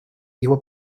его